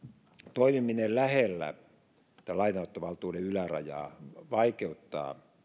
toimiminen lähellä tätä lainanottovaltuuden ylärajaa vaikeuttaa